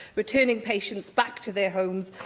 returning patients back to their homes,